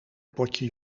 potje